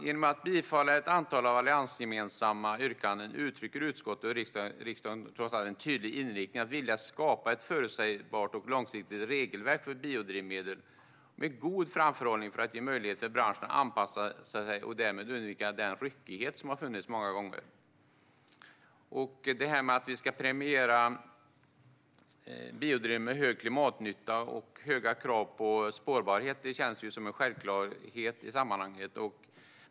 Genom att bifalla ett antal alliansgemensamma yrkanden uttrycker utskottet och riksdagen trots allt en tydlig inriktning när det gäller att vilja skapa ett förutsägbart och långsiktigt regelverk för biodrivmedel med god framförhållning för att ge möjlighet för branschen att anpassa sig och därmed undvika den ryckighet som har funnits många gånger tidigare. Det här med att vi ska prioritera biodrivmedel med hög klimatnytta och höga krav på spårbarhet känns som en självklarhet i sammanhanget.